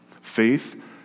Faith